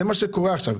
זה מה שקורה עכשיו.